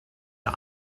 der